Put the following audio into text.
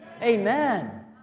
Amen